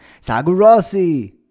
Sagurasi